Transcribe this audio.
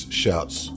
shouts